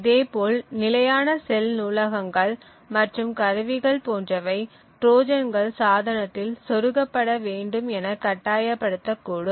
இதேபோல் நிலையான செல் நூலகங்கள் மற்றும் கருவிகள் போன்றவை ட்ரோஜன்கள் சாதனத்தில் சொருகப்பட வேண்டும் என கட்டாயப்படுத்தக்கூடும்